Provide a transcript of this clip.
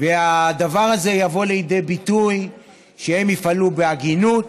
והדבר הזה יבוא לידי ביטוי בכך שהם יפעלו בהגינות,